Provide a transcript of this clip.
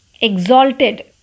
exalted